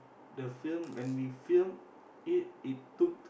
the film when we filmed it it tooked